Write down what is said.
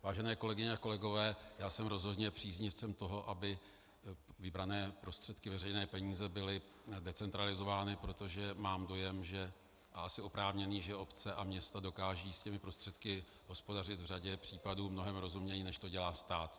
Vážené kolegyně a kolegové, rozhodně jsem příznivcem toho, aby vybrané prostředky, veřejné peníze, byly decentralizovány, protože mám dojem, a asi oprávněný, že obce a města dokážou s těmi prostředky hospodařit v řadě případů mnohem rozumněji, než to dělá stát.